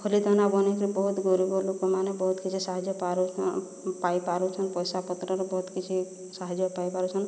ଖଲି ଦାନା ବନାଇକିରି ବହୁତ୍ ଗରିବ ଲୋକମାନେ ବହୁତ୍ କିଛି ସାହାଯ୍ୟ ପାରୁ ପାଇ ପାରୁଛୁଁ ପଇସା ପତ୍ରର ବହୁତ୍ କିଛି ସାହାଯ୍ୟ ପାଇ ପାରୁଛନ୍